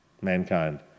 Mankind